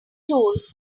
tools